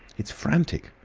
it's frantic.